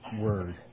word